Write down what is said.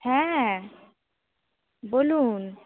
হ্যাঁ বলুন